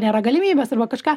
nėra galimybės arba kažką